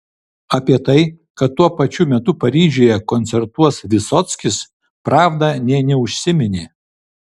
apie tai kad tuo pačiu metu paryžiuje koncertuos vysockis pravda nė neužsiminė